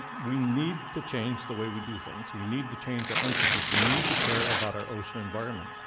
we need to change the way we do things, we need to change our emphasis, we need to care about our ocean environment.